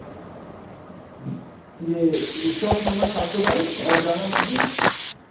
यह shop number सात सौ बाइस और जामा मस्जिद